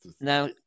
Now